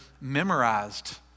memorized